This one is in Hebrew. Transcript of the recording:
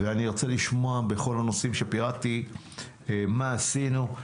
ואני ארצה לשמוע בכל הנושאים שפירטתי מה עשינו.